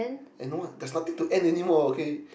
and what there's nothing to and anymore okay